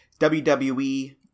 WWE